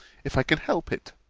if i can help it